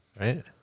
right